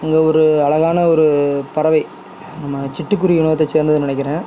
அங்கே ஒரு அழகான ஒரு பறவை நம்ம சிட்டுக்குருவி இனத்தை சேர்ந்ததுனு நினைக்கிறேன்